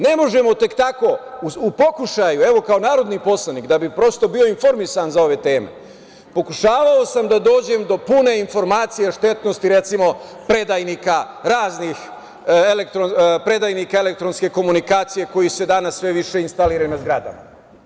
Ne možemo tek tako u pokušaju, evo kao narodni poslanika da bih prosto bio informisan za ove teme, pokušavao sam da dođem do pune informacije o štetnosti predajnika, recimo raznih predajnika elektronske komunikacije koji se danas sve više instaliraju na zgradama.